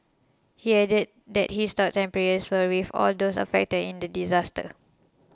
he added that his thoughts and prayers were with all those affected in the disaster